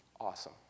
Awesome